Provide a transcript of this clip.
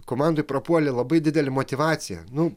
komandoj prapuolė labai didelė motyvacija nu